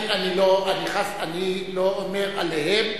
אני לא אומר עליהם,